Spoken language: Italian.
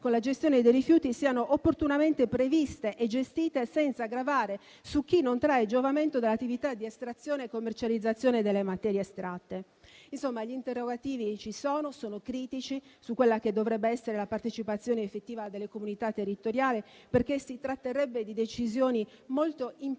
con la gestione dei rifiuti, siano opportunamente previste e gestite senza gravare su chi non trae giovamento dall'attività di estrazione e commercializzazione delle materie estratte. Insomma, gli interrogativi ci sono e sono critici su quella che dovrebbe essere la partecipazione effettiva della comunità territoriale, perché si tratterebbe di decisioni molto impattanti